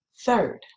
Third